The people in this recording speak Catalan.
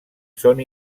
són